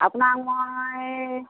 আপোনাক মই